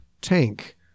tank